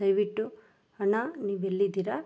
ದಯವಿಟ್ಟು ಅಣ್ಣ ನೀವು ಎಲ್ಲಿದ್ದೀರ